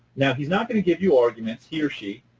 now he's not going to give you arguments, he or she.